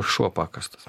šuo pakastas